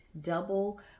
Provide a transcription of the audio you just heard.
double